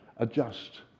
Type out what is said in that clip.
adjust